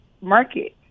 market